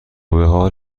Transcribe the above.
بحال